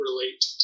relate